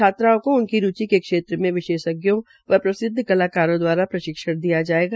छात्राओं को उनकी रूचि के क्षेत्र में विशेषज्ञ व प्रसिद्व कलाकारों द्वारा प्रशिक्षण दिया जायेगा